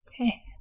Okay